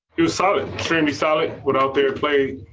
he was solid trendy solid without their play.